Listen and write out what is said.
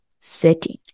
setting